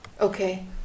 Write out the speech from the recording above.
Okay